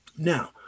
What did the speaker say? Now